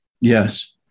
Yes